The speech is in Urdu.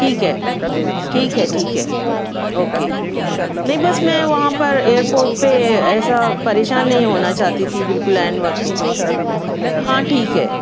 ٹھیک ہے ٹھیک ہے ٹھیک ہے اوکے نہیں بس میں وہاں پر ایئر پورٹ پہ ایسا پریشان نہیں ہونا چاہتی تھی بالکل عین وقت پے ہاں ٹھیک ہے